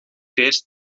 feest